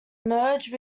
merged